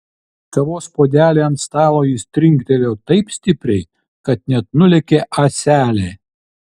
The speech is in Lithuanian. kavos puodelį ant stalo jis trinktelėjo taip stipriai kad net nulėkė ąselė